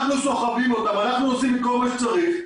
אנחנו סוחבים אותם, עושים כל מה שצריך.